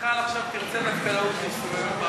מיכל עכשיו תרצה, ואחריו,